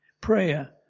Prayer